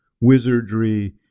wizardry